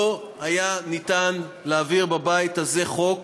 לא היה ניתן להעביר בבית הזה חוק